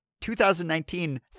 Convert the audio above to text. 2019